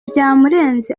byamurenze